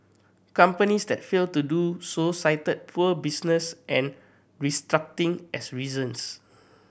companies that failed to do so cited poor business and restructuring as reasons